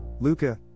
Luca